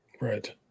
right